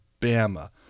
Bama